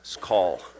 call